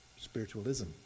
spiritualism